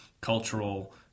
cultural